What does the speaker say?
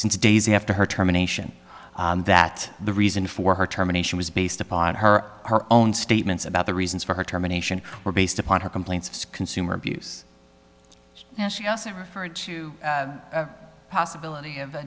since days after her terminations that the reason for her term a nation was based upon her own statements about the reasons for her terminations were based upon her complaints consumer abuse yeah she also referred to a possibility of